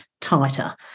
tighter